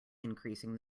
increasing